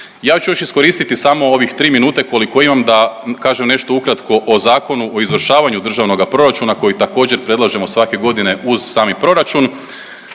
Ja ću još iskoristiti samo ovih tri minute koliko imam da kažem nešto ukratko o Zakonu o izvršavanju državnoga proračuna koji također predlažemo svake godine uz sami proračun.